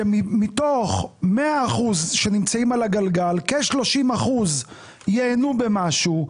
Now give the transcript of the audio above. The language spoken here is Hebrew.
שמתוך 100% שנמצאים על הגלגל כ- 30% ייהנו ממשהו.